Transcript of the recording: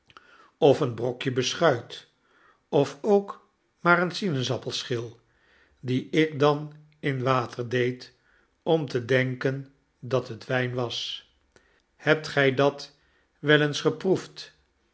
of een brokje beschuit of ook maar een sinaasappelschil die ik dan in water deed om te denken dat het wijn was hebt gij dat wel eens geproefd